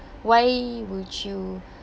why would you